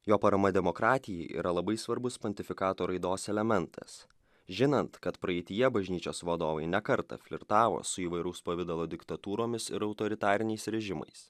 jo parama demokratijai yra labai svarbus pontifikato raidos elementas žinant kad praeityje bažnyčios vadovai ne kartą flirtavo su įvairaus pavidalo diktatūromis ir autoritariniais režimais